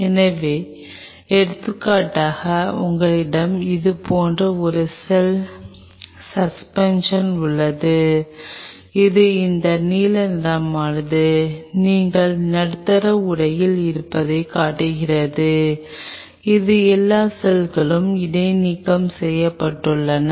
எனவே எடுத்துக்காட்டாக உங்களிடம் இது போன்ற ஒரு செல் சஸ்பென்ஷன் உள்ளது இது இந்த நீல நிறமானது நீங்கள் நடுத்தர உடையில் இருப்பதைக் காட்டுகிறது இது எல்லா செல்களும் இடைநீக்கம் செய்யப்பட்டுள்ளன